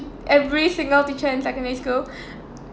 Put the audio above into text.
every single teacher in secondary school